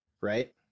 Right